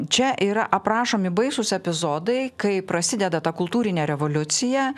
čia yra aprašomi baisūs epizodai kai prasideda ta kultūrinė revoliucija